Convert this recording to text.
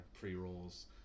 pre-rolls